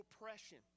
oppression